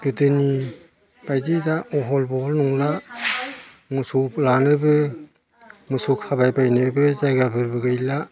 गोदोनि बायदि दा अहल बहल नंला मोसौ लानोबो मोसौ खाबाय बायनोबो जायगाफोरबो गैला